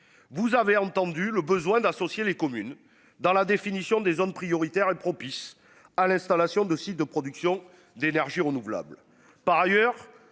Vous avez entendu le besoin d'associer les communes dans la définition des zones prioritaires est propice à l'installation de sites de production d'énergie renouvelable. Par ailleurs,